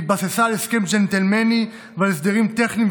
והתבססה על הסכם ג'נטלמני ועל הסדרים טכניים